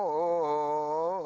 to